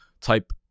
type